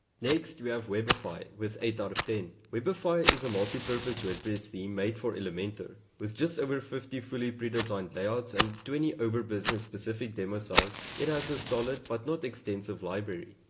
next, we have webify with eight sort of ten. webify is a multipurpose wordpress theme made for elementor. with just over fifty fully predesigned layouts and twenty over business-specific demo sites, it has a solid but not extensive library.